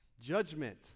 Judgment